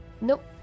nope